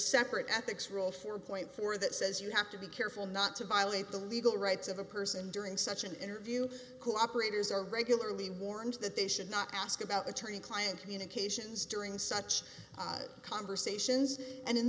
separate ethics rule for point four that says you have to be careful not to violate the legal rights of a person during such an interview cooperators are regularly warned that they should not ask about attorney client communications during such conversations and in